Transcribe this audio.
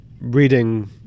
reading